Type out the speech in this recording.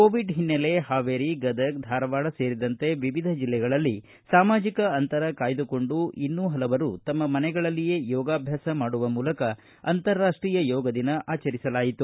Covid ಹಿನ್ನೆಲೆ ಪಾವೇರಿ ಗದಗ ಧಾರವಾಡ ಸೇರಿದಂತೆ ವಿವಿಧ ಜಿಲ್ಲೆಗಳಲ್ಲಿ ಸಾಮಾಜಿಕ ಅಂತರ ಕಾಯ್ದುಕೊಂಡು ಇನ್ನೂ ಪಲವರು ತಮ್ಮ ಮನೆಗಳಲ್ಲಿಯೇ ಯೋಗಾಭ್ಯಾಸ ಮಾಡುವ ಮೂಲಕ ಅಂತಾರಾಷ್ಟೀಯ ಯೋಗ ದಿನ ಆಚರಿಸಲಾಯಿತು